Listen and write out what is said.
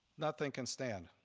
nothing can stand.